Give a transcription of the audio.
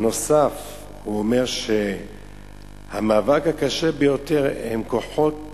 שבנוסף הוא אומר שהמאבק הקשה ביותר הם הכוחות